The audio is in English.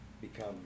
become